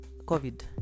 COVID